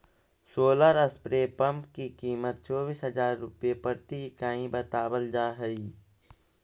solar spray pump की कीमत चौबीस हज़ार रुपए प्रति इकाई बतावल जा हई